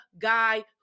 guy